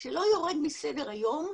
שלא יורד מסדר היום,